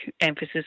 emphasis